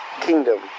kingdom